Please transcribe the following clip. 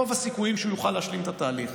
רוב הסיכויים שהוא יוכל להשלים את התהליך